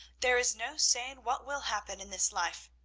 there is no saying what will happen in this life.